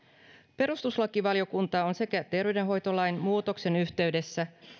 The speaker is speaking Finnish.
perustuslakivaliokunta on sekä terveydenhoitolain muutoksen yhteydessä